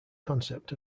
concept